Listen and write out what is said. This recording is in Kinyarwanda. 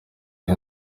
iyi